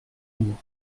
bourg